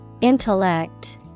Intellect